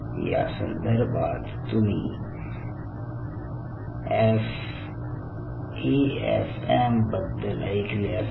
या संदर्भात तुम्ही एएफएम बद्दल ऐकले असेल